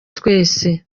twese